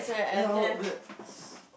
err ya oh the